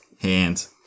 hands